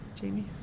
jamie